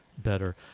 better